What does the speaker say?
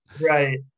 right